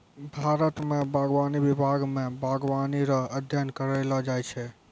भारत मे बागवानी विभाग मे बागवानी रो अध्ययन करैलो जाय छै